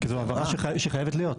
כי זו הבהרה שחייבת להיות.